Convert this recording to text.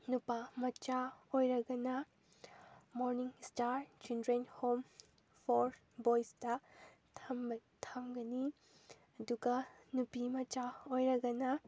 ꯅꯨꯄꯥ ꯃꯆꯥ ꯑꯣꯏꯔꯒꯅ Morning Star Children Home for ꯕꯣꯏꯁꯇ ꯊꯝꯒꯅꯤ ꯑꯗꯨꯒ ꯅꯨꯄꯤ ꯃꯆꯥ ꯑꯣꯏꯔꯒꯅ